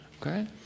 Okay